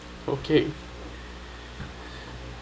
okay